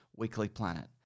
weeklyplanet